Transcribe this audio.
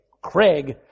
Craig